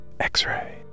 X-ray